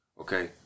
okay